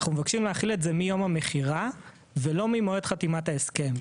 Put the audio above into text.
אנחנו מבקשים להחיל את זה מיום המכירה ולא ממועד חתימת ההסכם.